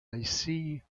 rating